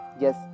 yes